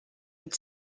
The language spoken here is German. mit